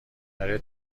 برای